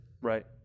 Right